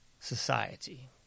Society